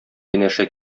янәшә